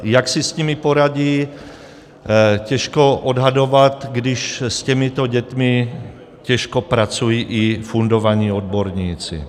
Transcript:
Jak si s nimi poradí, těžko odhadovat, když s těmito dětmi těžko pracují i fundovaní odborníci.